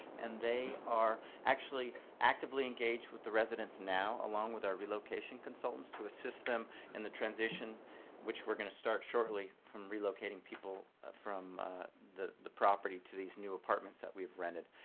and they are actually actively engaged with the residents now, along with our relocation consultants, to assist them in the transition which we're going to start shortly from relocating people from the the property to these new apartments that we've rented.